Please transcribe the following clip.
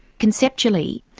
conceptually,